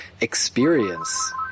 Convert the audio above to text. experience